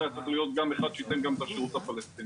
שהיה צריך להיות גם אחד שייתן גם את השירות לפלסטינים,